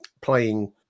playing